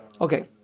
Okay